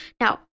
Now